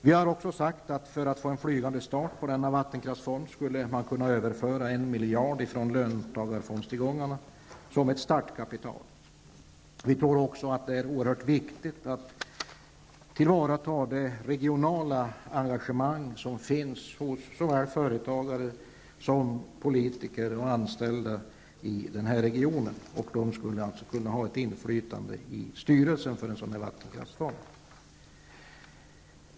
Vi har också sagt, att för att få en flygande start på denna vattenkraftsfond skulle 1 miljard av löntagarfondstillgångarna kunna överföras som ett startkapital. Det är oerhört viktigt att tillvarata det regionala engagemang som finns hos såväl företagare som politiker och anställda i den här regionen. De skulle alltså kunna ha ett inflytande i styrelsen för en vattenkraftsfond.